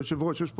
היושב ראש,